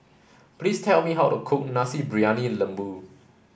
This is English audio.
please tell me how to cook Nasi Briyani Lembu